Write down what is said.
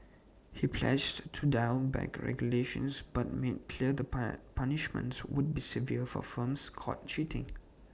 he pledged to dial back regulations but made clear that pile punishments would be severe for firms caught cheating